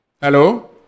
Hello